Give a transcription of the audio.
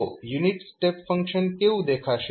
તો unit step function કેવું દેખાશે